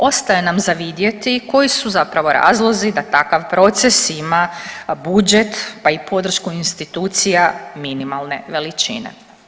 Ostaje nam za vidjeti koji su zapravo razlozi da takav proces ima budžet, pa i podršku institucija minimalne veličine.